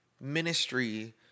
ministry